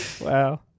Wow